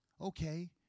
Okay